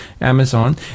Amazon